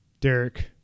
Derek